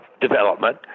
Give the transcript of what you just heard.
development